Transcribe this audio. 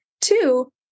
Two